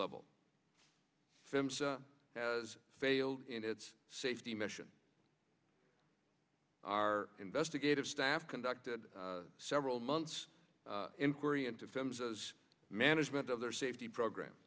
level has failed in its safety mission our investigative staff conducted several months inquiry into films as management of their safety program